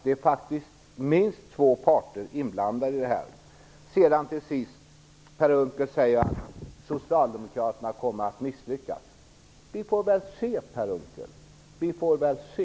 Det är faktiskt minst två parter inblandade i det här. Per Unckel sade till sist att socialdemokraterna kommer att misslyckas. Vi får väl se, Per Unckel. Vi får väl se!